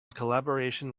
collaboration